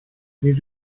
nid